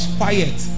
quiet